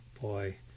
Boy